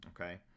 Okay